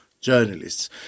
journalists